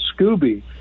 scooby